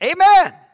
Amen